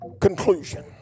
conclusion